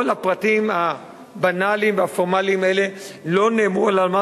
כל הפרטים הבנאליים והפורמליים האלה לא נאמרו אלא כדי לומר